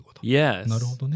Yes